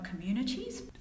communities